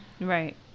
Right